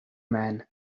man